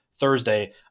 Thursday